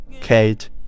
Kate